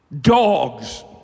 dogs